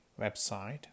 website